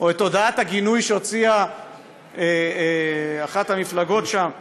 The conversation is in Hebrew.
או את הודעת הגינוי שהוציאה אחת המפלגות שם לסעודיה,